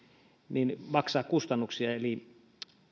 maksaa kustannuksia eli